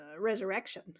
resurrection